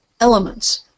elements